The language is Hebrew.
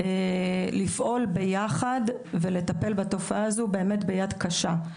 לפעול ביחד ולטפל בתופעה הזו באמת ביד קשה.